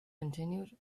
continued